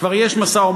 כבר יש משא-ומתן,